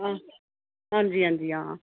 हां हां जी हां जी हां